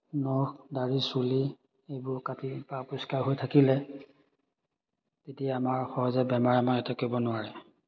নখ দাড়ি চুলি এইবোৰ কাটি বা পৰিষ্কাৰ হৈ থাকিলে তেতিয়া আমাৰ সহজে বেমাৰে আমাক এটেক কৰিব নোৱাৰে